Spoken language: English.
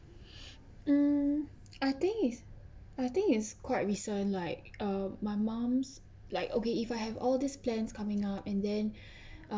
mm I think is I think is quite recent like uh my mom's like okay if I have all these plans coming up and then uh